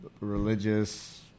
religious